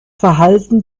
verhalten